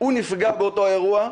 הוא נפגע באותו אירוע,